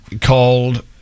Called